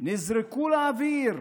נזרקו לאוויר.